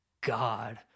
God